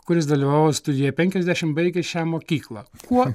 kuris dalyvavo studijoje penkiasdešim baigė šią mokyklą kuo